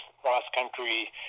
cross-country